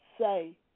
say